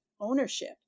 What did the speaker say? ownership